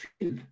feel